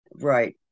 Right